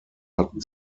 hatten